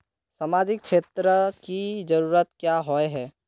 सामाजिक क्षेत्र की जरूरत क्याँ होय है?